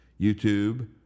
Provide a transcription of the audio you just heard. YouTube